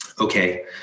Okay